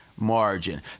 Margin